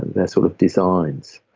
their sort of designs.